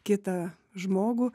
kitą žmogų